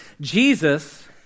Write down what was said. Jesus